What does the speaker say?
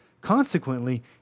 Consequently